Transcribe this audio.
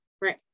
right